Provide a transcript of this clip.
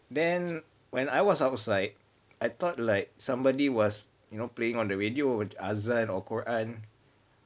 then when I was outside I thought like somebody was you know playing on the radio azan or quran